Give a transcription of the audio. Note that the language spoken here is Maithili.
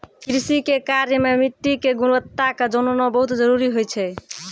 कृषि के कार्य मॅ मिट्टी के गुणवत्ता क जानना बहुत जरूरी होय छै